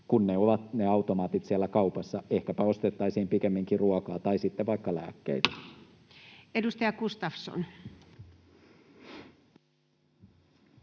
kun ne automaatit ovat siellä kaupassa. Ehkäpä ostettaisiin pikemminkin ruokaa tai sitten vaikka lääkkeitä. Edustaja Gustafsson.